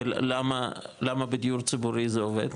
ולמה בדיור ציבורי זה עובד?